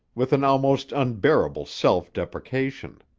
with an almost unbearable self-depreciation.